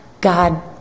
God